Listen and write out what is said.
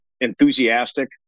enthusiastic